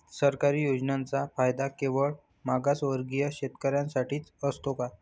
सरकारी योजनांचा फायदा केवळ मागासवर्गीय शेतकऱ्यांसाठीच असतो का?